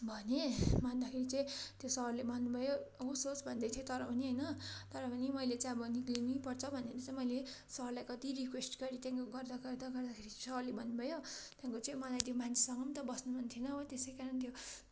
भने भन्दाखेरि चाहिँ त्यो सरले भन्नु भयो होस् होस् भन्दै थियो तर पनि होइन तर पनि मैले चाहिँ अब निस्कनु नै पर्छ भनेर चाहिँ मैले सरलाई कति रिक्वेस्ट गरेँ त्यहाँको गर्दा गर्दा गर्दाखेरि चाहिँ सरले भन्नु भयो त्यहाँको चाहिँ मलाई त्यो मान्छेसँग पनि त बस्नु मन थिएन हो त्यसै कारण त्यो